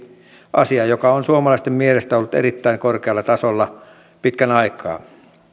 asia joka on suomalaisten mielestä ollut erittäin korkealla tasolla pitkän aikaa